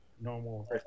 normal